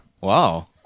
Wow